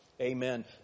amen